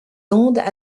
landes